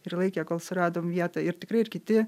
ir laikė kol suradom vietą ir tikrai ir kiti